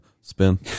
spin